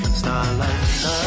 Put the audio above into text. starlight